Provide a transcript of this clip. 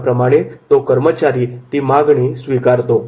त्याप्रमाणे तो कर्मचारी ती मागणी स्वीकारतो